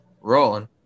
rolling